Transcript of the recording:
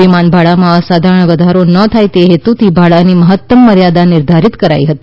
વિમાન ભાડામાં અસાધારણ વધધારો ન થાય તે હેતુથી ભાડાની મહત્તમ મર્યાદા નિર્ધારીત કરાઇહતી